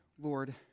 Lord